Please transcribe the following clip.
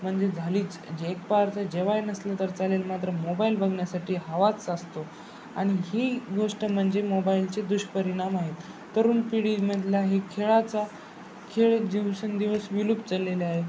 म्हणजे झालीच जे एक पार तर जेवायला नसलं तर चालेल मात्र मोबाईल बघण्यासाठी हवाच असतो आणि ही गोष्ट म्हणजे मोबाईलचे दुष्परिणाम आहेत तरुण पिढीमधला हे खेळाचा खेळ दिवसेंदिवस विलुप्त चाललेले आहे